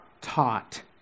taught